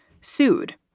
sued